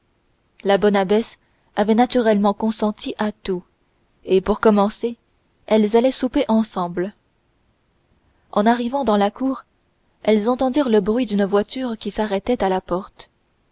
la bonne abbesse avait naturellement consenti à tout et pour commencer elles allaient souper ensemble en arrivant dans la cour elles entendirent le bruit d'une voiture qui s'arrêtait a la porte